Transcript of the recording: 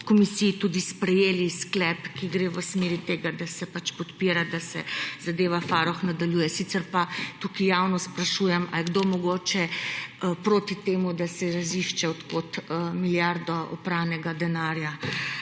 komisiji tudi sprejeli sklep, ki gre v smeri tega, da se podpira, da se zadeva Farrokh nadaljuje. Sicer pa tukaj javno sprašujem, ali je kdo mogoče proti temu, da se razišče, od kod milijardo opranega denarja.